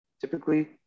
typically